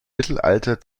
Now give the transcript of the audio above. mittelalter